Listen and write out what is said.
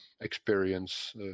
experience